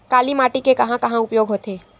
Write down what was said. काली माटी के कहां कहा उपयोग होथे?